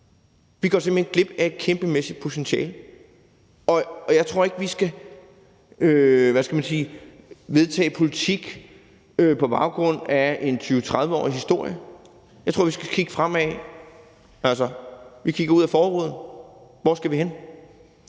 Vi går simpelt hen glip af et kæmpemæssigt potentiale. Jeg tror ikke, vi skal vedtage politik på baggrund af en 20-30-årig historie; jeg tror, vi skal kigge fremad. Altså, vi kigger ud ad forruden: Hvor skal vi hen?